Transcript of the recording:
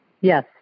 yes